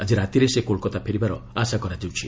ଆଜି ରାତିରେ ସେ କୋଲକାତା ଫେରିବାର ଆଶା କରାଯାଉଛି